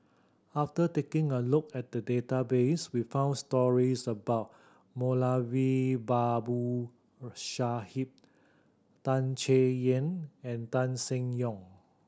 after taking a look at the database we found stories about Moulavi Babu Sahib Tan Chay Yan and Tan Seng Yong